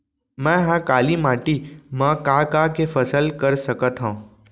मै ह काली माटी मा का का के फसल कर सकत हव?